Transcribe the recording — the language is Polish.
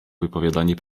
wypowiadanie